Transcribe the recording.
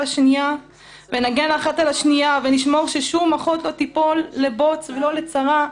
השנייה ונגן אחת על השנייה ונשמור ששום אחות לא תיפול לבוץ ולא לצרה".